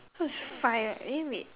so is five right eh wait